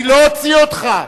אני לא אוציא אותך,